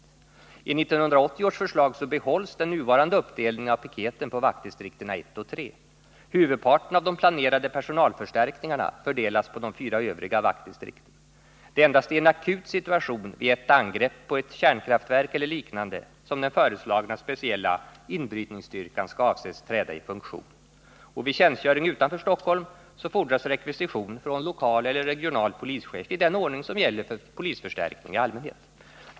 Enligt 1980 års förslag behålls den nuvarande uppdelningen på vaktdistrikten 1 och 3. Huvudparten av de planerade personalförstärkningarna fördelas på de fyra övriga vaktdistrikten. Det är endast i en akut situation — vid ett angrepp på ett kärnkraftverk eller liknande — som den föreslagna speciella inbrytningsstyrkan avses träda i funktion. Vid tjänstgöring utanför Stockholm fordras rekvisition från lokal eller regional polischef i den ordning som gäller för polisförstärkning i allmänhet.